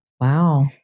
Wow